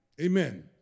Amen